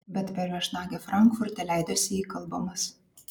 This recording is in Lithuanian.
bet per viešnagę frankfurte leidosi įkalbamas